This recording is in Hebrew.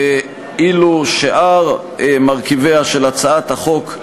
ואילו שאר מרכיביה של הצעת החוק,